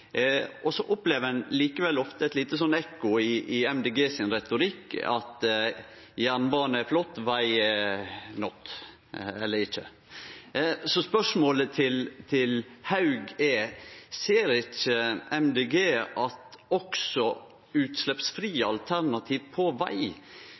opplever ein ofte eit lite ekko i retorikken til Miljøpartiet Dei Grøne: at jernbane er flott, veg er «not» – eller ikkje. Spørsmålet til Haug er: Ser ikkje Miljøpartiet Dei Grøne at også